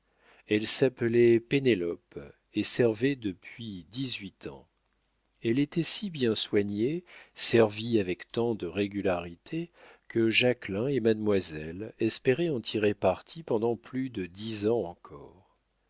elle s'appelait pénélope et servait depuis dix-huit ans elle était si bien soignée servie avec tant de régularité que jacquelin et mademoiselle espéraient en tirer parti pendant plus de dix ans encore